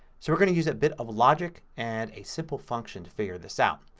so we're going to use a bit of logic and a simple function to figure this out.